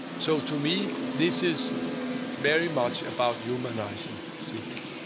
so to me, this is very much about humanizing cities.